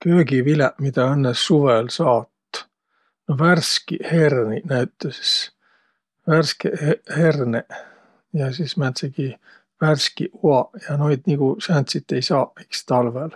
Köögiviläq, midä õnnõ suvõl saat? No värskiq herniq näütüses, värskiq heq- herneq ja sis määntsegi värskiq uaq ja noid nigu sääntsit ei saaq iks talvõl.